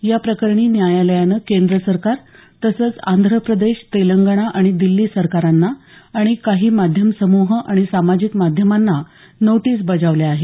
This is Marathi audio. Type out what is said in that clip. या प्रकरणी न्यायालयानं केंद्र सरकार तसंच आंध्र प्रदेश तेलंगणा आणि दिल्ली सरकारांना आणि काही माध्यमसमूह आणि सामाजिक माध्यमांना नोटीस बजावल्या आहेत